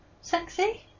Sexy